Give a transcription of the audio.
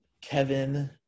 Kevin